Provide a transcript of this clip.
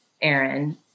Aaron